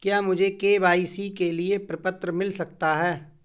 क्या मुझे के.वाई.सी के लिए प्रपत्र मिल सकता है?